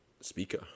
Speaker